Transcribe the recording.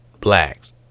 blacks